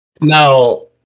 Now